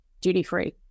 duty-free